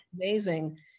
amazing